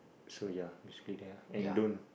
so ya basically there ah and don't